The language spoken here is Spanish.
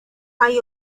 hay